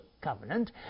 covenant